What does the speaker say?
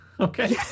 Okay